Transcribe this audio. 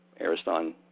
Ariston